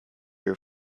your